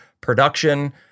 production